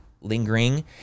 lingering